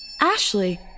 Ashley